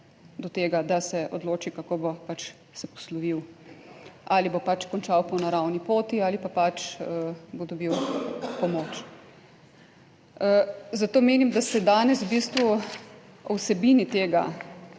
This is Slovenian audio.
do tega, da se odloči, kako bo pač se poslovil: ali bo pač končal po naravni poti ali pa pač bo dobil pomoč? Zato menim, da se danes v bistvu o vsebini tega,